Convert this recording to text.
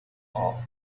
all